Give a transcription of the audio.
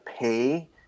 pay